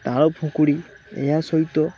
ତାଳ ଫୁକୁଡ଼ି ଏହା ସହିତ